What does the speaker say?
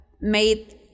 made